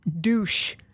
douche